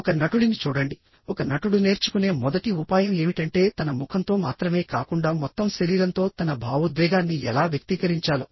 ఒక నటుడిని చూడండి ఒక నటుడు నేర్చుకునే మొదటి ఉపాయం ఏమిటంటే తన ముఖంతో మాత్రమే కాకుండా మొత్తం శరీరంతో తన భావోద్వేగాన్ని ఎలా వ్యక్తీకరించాలో